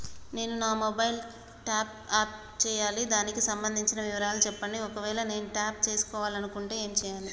నేను నా mobile top up చేయాలి దానికి సంబంధించిన వివరాలు చెప్పండి ఒకవేళ నేను టాప్ చేసుకోవాలనుకుంటే ఏం చేయాలి?